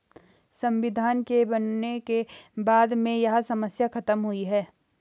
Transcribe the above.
संविधान के बनने के बाद में यह समस्या खत्म हुई है